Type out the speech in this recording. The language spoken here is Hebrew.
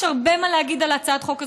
יש הרבה מה להגיד על הצעת החוק הזאת,